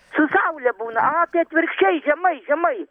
su saule būna a tai atvirkščiai žemai žemai